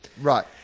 Right